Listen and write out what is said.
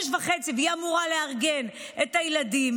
היא אמורה לארגן את הילדים,